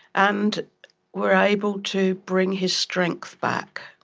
and were able to bring his strength back.